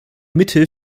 mitte